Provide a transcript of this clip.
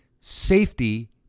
Safety